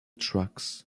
tracks